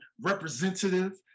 representative